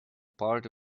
parts